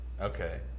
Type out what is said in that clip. Okay